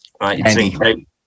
right